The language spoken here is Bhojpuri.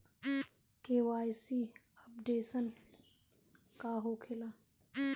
के.वाइ.सी अपडेशन का होखेला?